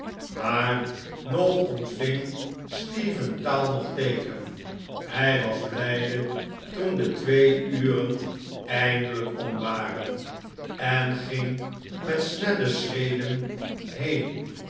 maar nog ontving stephen taal noch teeken hij was blijde toen de twee uren eindelijk om waren en ging met snelle schreden heen